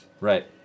Right